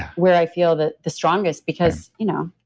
where i feel the the strongest because you know